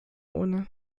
ohne